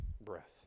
breath